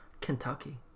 Kentucky